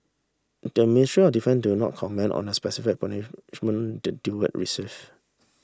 the Ministry of Defence did not comment on the specific punishment the duo received